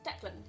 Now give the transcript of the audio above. Declan